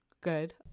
Good